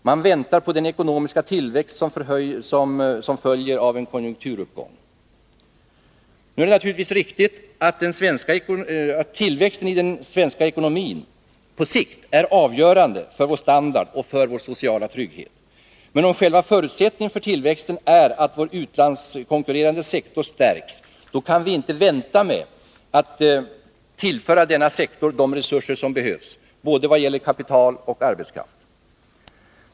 Man väntar på den ekonomiska tillväxt som följer av en konjunkturuppgång. Det är naturligtvis riktigt att tillväxten i den svenska ekonomin på sikt är avgörande för vår standard och för vår sociala trygghet. Men om själva förutsättningen för tillväxten är att vår utlandskonkurrerande sektor stärks, då kan vi inte vänta med att tillföra denna sektor de resurser som behövs, och det gäller för både kapital och arbetskraft.